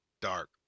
dark